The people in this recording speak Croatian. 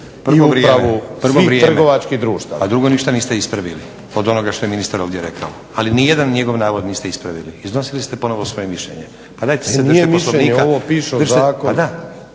Nenad (SDP)** Vrijeme, a drugo ništa niste ispravili od onoga što je ministar ovdje rekao. Ali ni jedan njegov navod niste ispravili, iznosili ste ponovno svoje mišljenje. Pa dajte se držite Poslovnika.